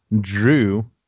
drew